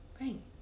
Right